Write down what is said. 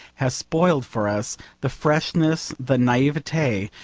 has spoiled for us the freshness, the naivete,